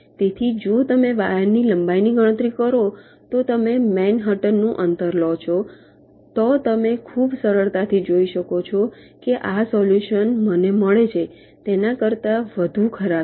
તેથી જો તમે વાયરની લંબાઈની ગણતરી કરો તો તમે મેનહટનનું અંતર લો છો તો તમે ખૂબ જ સરળતાથી જોઈ શકશો કે આ સોલ્યુશન મને મળે છે તેના કરતાં વધુ ખરાબ છે